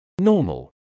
Normal